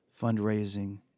fundraising